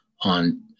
on